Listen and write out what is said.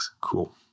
Cool